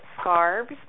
scarves